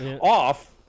off